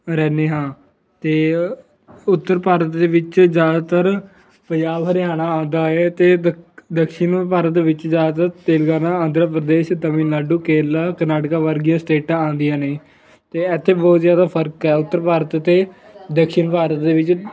ਰਹਿੰਦੇ ਹਾਂ ਅਤੇ ਉੱਤਰ ਭਾਰਤ ਦੇ ਵਿੱਚ ਜ਼ਿਆਦਾਤਰ ਪੰਜਾਬ ਹਰਿਆਣਾ ਆਉਂਦਾ ਏ ਅਤੇ ਦੱਕ ਦਕਸ਼ਿਣ ਭਾਰਤ ਵਿੱਚ ਜ਼ਿਆਦਾਤਰ ਤੇਲੰਗਾਨਾ ਆਂਧਰਾ ਪ੍ਰਦੇਸ਼ ਤਾਮਿਲਨਾਡੂ ਕੇਰਲਾ ਕਰਨਾਟਕਾ ਵਰਗੀਆਂ ਸਟੇਟਾਂ ਆਉਂਦੀਆਂ ਨੇ ਅਤੇ ਇੱਥੇ ਬਹੁਤ ਜ਼ਿਆਦਾ ਫਰਕ ਹੈ ਉੱਤਰ ਭਾਰਤ ਅਤੇ ਦਖਸ਼ਿਨ ਭਾਰਤ ਦੇ ਵਿੱਚ